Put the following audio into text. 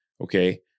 Okay